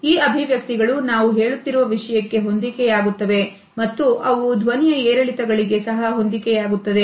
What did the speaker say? ಈ ಅಭಿವ್ಯಕ್ತಿಗಳು ನಾವು ಹೇಳುತ್ತಿರುವ ವಿಷಯಕ್ಕೆ ಹೊಂದಿಕೆಯಾಗುತ್ತವೆ ಮತ್ತು ಅವು ಧ್ವನಿಯ ಏರಿಳಿತಗಳಿಗೆ ಸಹ ಹೊಂದಿಕೆಯಾಗುತ್ತದೆ